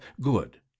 good